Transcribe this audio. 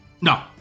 No